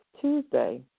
Tuesday